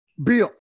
Bill